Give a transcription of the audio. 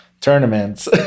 tournaments